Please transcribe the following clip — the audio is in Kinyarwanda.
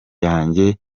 yanjye